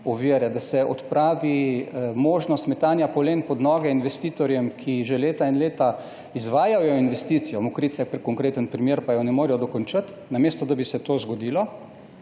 se ne odpravi možnost metanja polen pod noge investitorjem, ki že leta in leta izvajajo investicijo, Mokrice je konkreten primer, pa je ne morejo dokončati, se ne bo dalo. Namesto da bi se to zgodilo,